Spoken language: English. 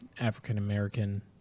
African-American